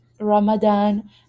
ramadan